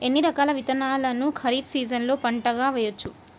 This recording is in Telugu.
ఎన్ని రకాల విత్తనాలను ఖరీఫ్ సీజన్లో పంటగా వేయచ్చు?